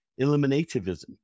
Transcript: eliminativism